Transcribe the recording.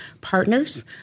partners